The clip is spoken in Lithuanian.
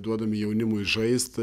duodami jaunimui žaist